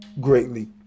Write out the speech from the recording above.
greatly